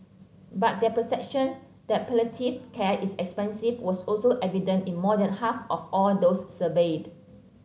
but their perception that palliative care is expensive was also evident in more than half of all those surveyed